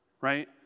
Right